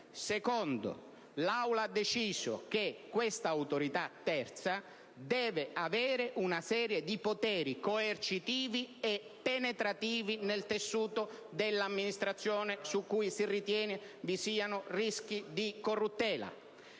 luogo, l'Aula ha deciso che quest'Autorità terza deve avere una serie di poteri coercitivi, penetranti rispetto al tessuto dell'amministrazione su cui si ritiene vi siano rischi di corruttela.